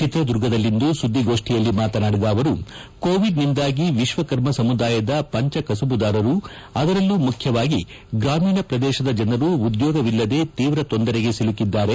ಚಿತ್ರದುರ್ಗದಲ್ಲಿಂದು ಸುದ್ದಿಗೋಷ್ಠಿ ಉದ್ದೇತಿಸಿ ಮಾತನಾಡಿದ ಅವರು ಕೋವಿಡ್ನಿಂದಾಗಿ ವಿಶ್ವಕರ್ಮ ಸಮುದಾಯದ ಪಂಚ ಕಸಬುದಾರರು ಅದರಲ್ಲೂ ಹೆಚ್ಚನದಾಗಿ ಗ್ರಾಮೀಣ ಪ್ರದೇಶದಲ್ಲಿರುವ ಸಮುದಾಯದ ಜನರು ಉದ್ಯೋಗವಿಲ್ಲದೆ ತೀವ್ರ ತೊಂದರೆಗೆ ಸಿಲುಕಿದ್ದಾರೆ